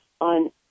on